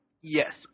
Yes